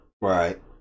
Right